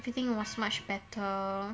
fitting was much better